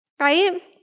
Right